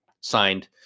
signed